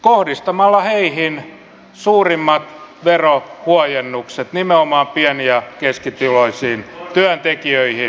kohdistamalla heihin suurimmat verohuojennukset nimenomaan pieni ja keskituloisiin työntekijöihin